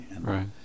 right